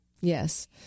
Yes